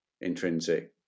intrinsic